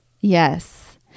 Yes